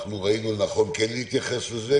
אנחנו ראינו לנכון כן להתייחס לזה,